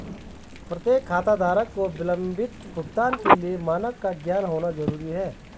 प्रत्येक खाताधारक को विलंबित भुगतान के लिए मानक का ज्ञान होना जरूरी है